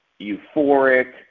euphoric